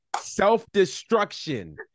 self-destruction